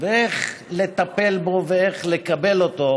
ואיך לטפל בו ואיך לקבל אותו,